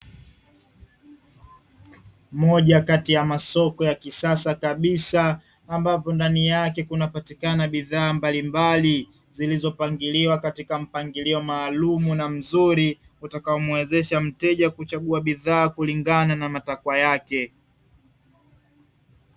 Moja kati ya masoko ya kisasa kabisa ambapo ndani yake kunapatikana bidhaa mbalimbali zilizopangiliwa katika mpangilio maalumu na mzuri. Utakaomuezesha mteja kuchukua bidhaa kulingana na matakwa yake.